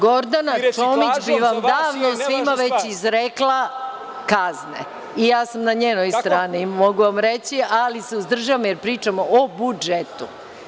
Gordana Čomić bi vam davno svima već izrekla kazne i ja sam na njenoj strani, mogu vam reći, ali se uzdržavam jer pričamo o budžetu.